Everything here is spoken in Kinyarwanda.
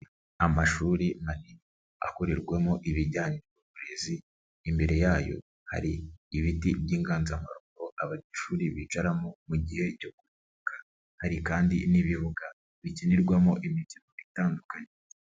Amashuri manini akorerwamo ibijyanye n'uburezi, imbere yayo hari ibiti by'inganzamarumbo abanyeshuri bicaramo mu gihe cyo kubabuka hari kandi n'ibibuga bikinirwamo imikino itandukanye.